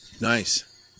Nice